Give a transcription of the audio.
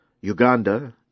Uganda